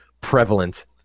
prevalent